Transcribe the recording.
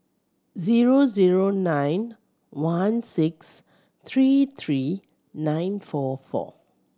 zero zero nine one six three three nine four four